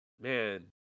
man